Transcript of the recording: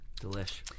Delish